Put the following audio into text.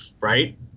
Right